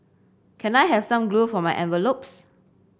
can I have some glue for my envelopes